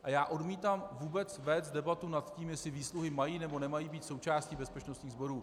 A já odmítám vůbec vést debatu nad tím, jestli výsluhy mají, nebo nemají být součástí bezpečnostních sborů.